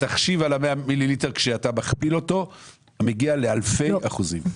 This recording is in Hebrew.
התחשיב על ה-100 מיליליטר כשאתה מכפיל אותו מגיע לאלפי אחוזים.